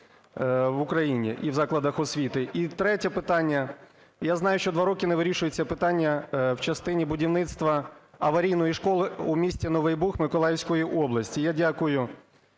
в Україні і в закладах освіти? І третє питання: я знаю, що два роки не вирішується питання в частині будівництва аварійної школи у місті Новий Буг Миколаївської області. Я дякую